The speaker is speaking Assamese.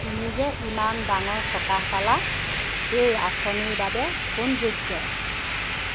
তুমি যে ইমান ডাঙৰ সকাহ পালা এই আঁচনিৰ বাবে কোন যোগ্য